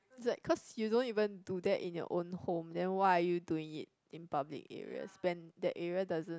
it's like cause you don't even do that in your own home then why are you doing it in public areas when that area doesn't